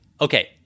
Okay